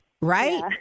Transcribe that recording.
Right